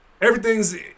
everything's